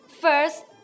First